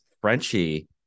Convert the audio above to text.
Frenchie